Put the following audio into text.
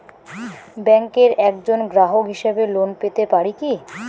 ব্যাংকের একজন গ্রাহক হিসাবে লোন পেতে পারি কি?